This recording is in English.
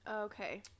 okay